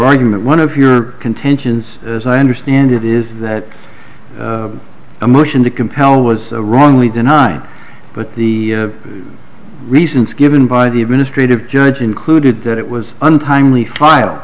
argument one of your contentions as i understand it is that a motion to compel was wrongly deny but the reasons given by the administrative judge included that it was untimely file